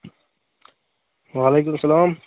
وعلیکُم اَسلام